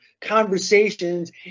conversations